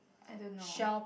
I don't know